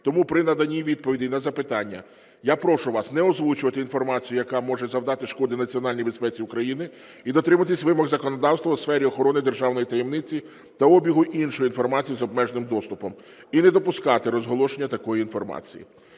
тому при наданні відповідей на запитання я прошу вас не озвучувати інформацію, яка може завдати шкоди національній безпеці України, і дотримуватись вимог законодавства у сфері охорони державної таємниці та обігу іншої інформації з обмеженим доступом, і не допускати розголошення такої інформації.